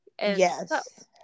Yes